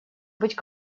быть